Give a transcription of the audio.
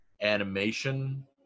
animation